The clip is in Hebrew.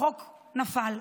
החוק נפל.